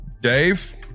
Dave